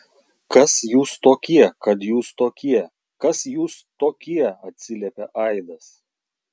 kas jūs tokie kad jūs tokie kas jūs tokie atsiliepė aidas